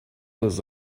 was